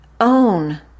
own